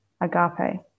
agape